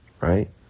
right